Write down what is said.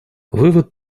вывод